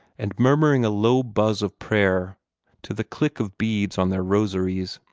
and murmuring a low buzz of prayer to the click of beads on their rosaries.